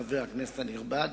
חבר הכנסת הנכבד,